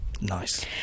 Nice